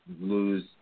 lose